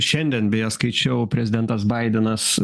šiandien beje skaičiau prezidentas baidenas